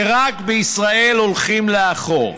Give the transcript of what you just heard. ורק בישראל הולכים לאחור.